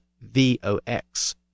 v-o-x